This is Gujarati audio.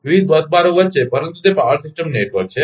વિવિધ બસ બારો વચ્ચે પરંતુ તે પાવર સિસ્ટમ નેટવર્ક છે